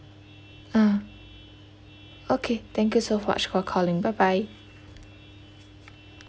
ah okay thank you so much for calling bye bye